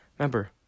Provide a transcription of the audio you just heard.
Remember